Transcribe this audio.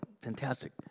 Fantastic